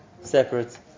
separate